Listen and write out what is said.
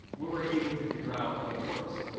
we were able to figure out what works,